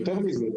יותר מזה.